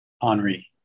Henri